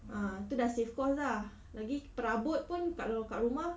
ah itu dah save cost lah lagi perabot pun kalau kat rumah